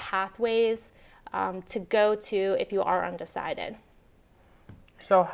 pathways to go to if you are undecided so